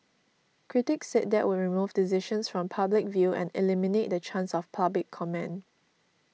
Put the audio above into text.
critics said that would remove decisions from public view and eliminate the chance for public comment